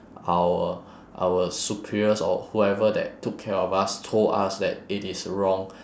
our our superiors or whoever that took care of us told us that it is wrong